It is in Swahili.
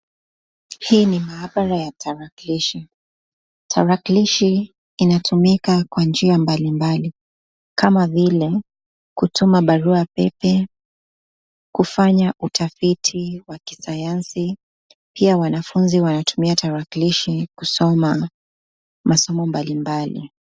Hii ni mahabara ya tarakilishi. Tarakilishi inatumika kwa njia mbalimbali kama vile kutuma barua pepe, kufanya utafiti wa kisayansi, pia wanafunzi wanatumia tarakilishi kusoma masomo mbalimbali.